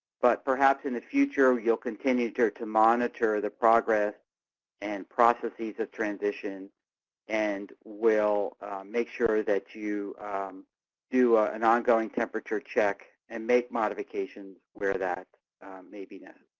but perhaps in the future you will continue to to monitor the progress and processes of transition and will make sure that you do an ongoing temperature check and make modifications where that may be necessary.